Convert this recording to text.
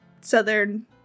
southern